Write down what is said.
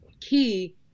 key